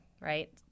right